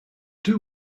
two